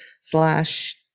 slash